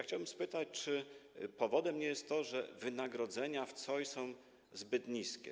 Chciałbym spytać, czy powodem nie jest to, że wynagrodzenia w COI są zbyt niskie.